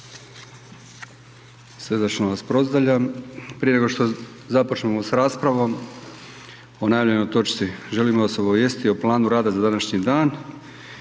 Srdačno vas pozdravljam. Prije nego što započnemo s raspravom o najavljenoj točci, želim vas obavijestiti o planu rada za današnji dan.